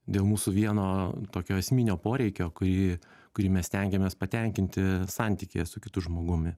dėl mūsų vieno tokio esminio poreikio kurį kurį mes stengiamės patenkinti santykyje su kitu žmogumi